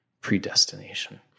Predestination